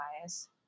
bias